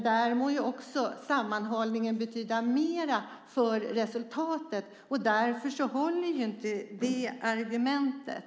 Där må ju också sammanhållningen betyda mer för resultatet. Därför håller inte det argumentet.